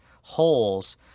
holes